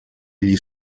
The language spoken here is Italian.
gli